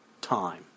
time